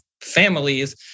families